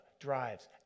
drives